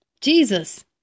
Jesus